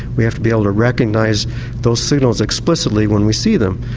we have to be able to recognise those signals explicitly when we see them,